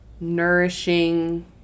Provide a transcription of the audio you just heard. nourishing